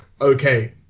Okay